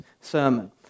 sermon